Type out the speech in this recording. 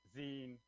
zine